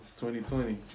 2020